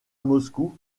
moscou